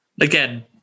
again